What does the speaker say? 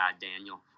daniel